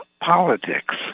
politics